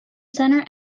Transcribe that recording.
center